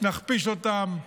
נכפיש אותם,